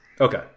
Okay